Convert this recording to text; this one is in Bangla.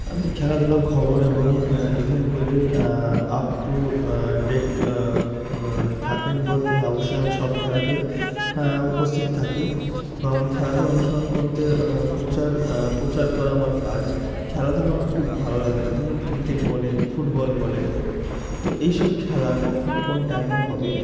আমি খেলাধুলার খবর এবং ইভেন্টগুলির আপ টু ডেট থাকেন বলতে হ্যাঁ অবশ্যই আমি সব খেলাতেই উপস্থিত থাকি এবং আমার খেলাধুলা অনুসরণ করতে প্রচার প্রচার করা আমার কাজ খেলাধুলা আমার খুব ভালো লাগে যেমন ক্রিকেট বলুন ফুটবল বলুন তো এইসব খেলা কখন কোন টাইমে হবে